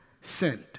sent